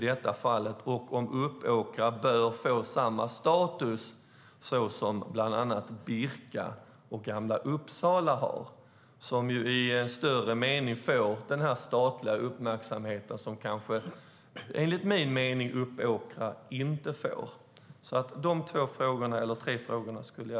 Bör Uppåkra få samma status som bland andra Birka och Gamla Uppsala, som enligt min mening får större statlig uppmärksamhet än Uppåkra?